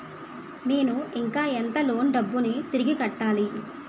నేను ఇంకా ఎంత లోన్ డబ్బును తిరిగి కట్టాలి?